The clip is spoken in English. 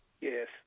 Yes